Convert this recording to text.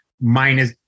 minus –